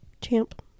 champ